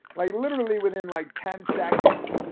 like literally within like ten seconds.